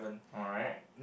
alright